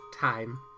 time